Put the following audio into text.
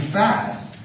fast